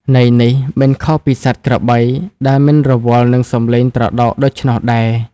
ន័យនេះមិនខុសពីសត្វក្របីដែលមិនរវល់នឹងសម្លេងត្រដោកដូច្នោះដែរ។